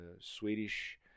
Swedish